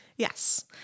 Yes